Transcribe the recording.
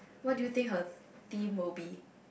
what do you think her theme will be